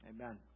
Amen